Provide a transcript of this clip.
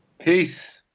Peace